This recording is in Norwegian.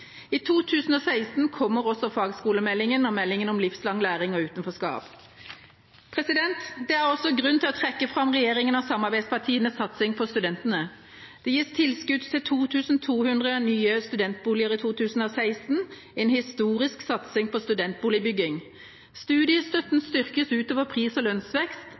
I 2016 kommer også fagskolemeldingen og meldingen om livslang læring og utenforskap. Det er også grunn til å trekke fram regjeringa og samarbeidspartienes satsing på studentene. Det gis tilskudd til 2 200 nye studentboliger i 2016 – en historisk satsing på studentboligbygging. Studiestøtten styrkes utover både pris- og lønnsvekst,